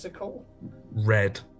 Red